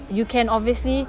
you can obviously